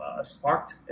sparked